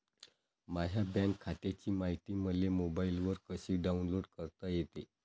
माह्या बँक खात्याची मायती मले मोबाईलवर कसी डाऊनलोड करता येते?